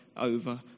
over